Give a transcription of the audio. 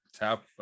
Tap